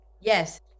Yes